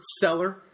seller